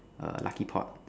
err lucky pot